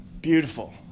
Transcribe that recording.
beautiful